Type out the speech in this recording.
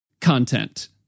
content